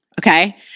okay